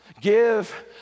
give